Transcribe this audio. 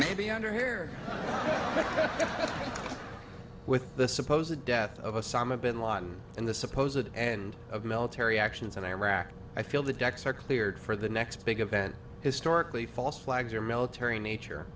maybe under here with the suppose the death of osama bin laden and the supposedly and of military actions in iraq i feel the decks are cleared for the next big event historically false flags are military in nature